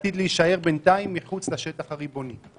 שעתיד להישאר בינתיים מחוץ לשטח הריבוני.